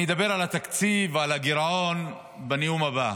אני אדבר על התקציב, על הגירעון, בנאום הבא.